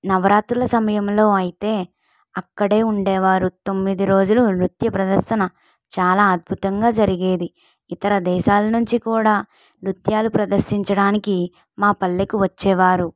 నవరాత్రుల సమయంలో అయితే అక్కడే ఉండేవారు తొమ్మిది రోజులు నృత్య ప్రదర్శన చాలా అద్భుతంగా జరిగేది ఇతర దేశాల్నుంచి కూడా నృత్యాలు ప్రదర్శించడానికి మా పల్లెకు వచ్చేవారు